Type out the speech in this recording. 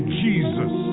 jesus